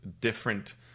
different